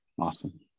Awesome